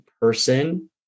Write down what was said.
person